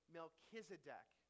Melchizedek